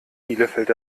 bielefeld